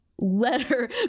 letter